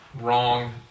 wrong